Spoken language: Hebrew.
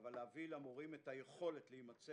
אבל להביא למורים את היכולת להימצא